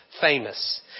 famous